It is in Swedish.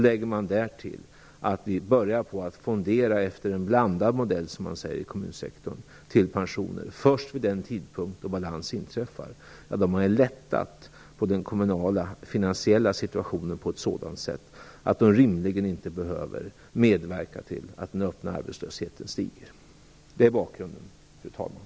Lägger man därtill att vi börjar fondera efter en blandad modell, som man säger i kommunsektorn, till pensioner först vid den tidpunkt då balans inträffar har man lättat på den kommunala finansiella situationen på ett sådant sätt att kommunerna rimligen inte behöver medverka till att den öppna arbetslösheten stiger. Det är bakgrunden, fru talman.